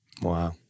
wow